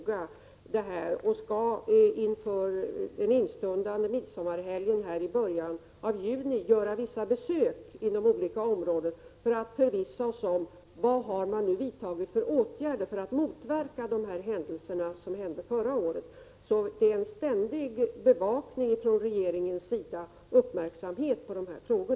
I början av juni, inför midsommarhelgen, skall vi göra vissa besök inom olika områden för att ta reda på vilka åtgärder som man har vidtagit för att motverka de händelser som inträffade förra året. Det finns således en ständig bevakning och uppmärksamhet från regeringens sida när det gäller dessa frågor: